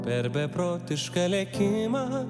per beprotišką lėkimą